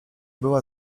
była